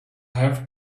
have